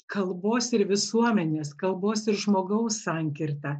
kalbos ir visuomenės kalbos ir žmogaus sankirtą